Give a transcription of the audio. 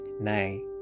Nay